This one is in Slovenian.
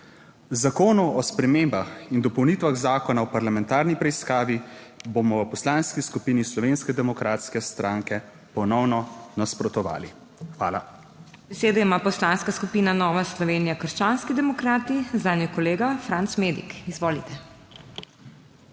Zakonu o spremembah in dopolnitvah Zakona o parlamentarni preiskavi bomo v Poslanski skupini Slovenske demokratske stranke ponovno nasprotovali. PODPREDSEDNICA MAG. MEIRA HOT: Hvala. Besedo ima Poslanska skupina Nova Slovenija - krščanski demokrati, zanjo kolega Franc Medic. Izvolite.